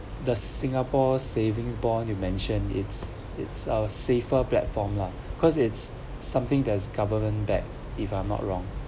the singapore savings bond you mention it's it's a safer platform lah cause it's something that's government back if I'm not wrong